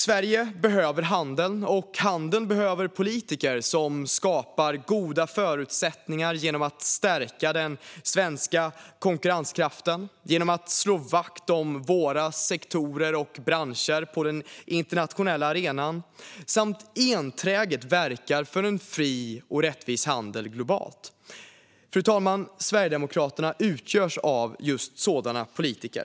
Sverige behöver handeln, och handeln behöver politiker som skapar goda förutsättningar genom att stärka den svenska konkurrenskraften, genom att slå vakt om våra sektorer och branscher på den internationella arenan, och som enträget verkar för en fri och rättvis handel globalt. Fru talman! Sverigedemokraterna utgörs av just sådana politiker.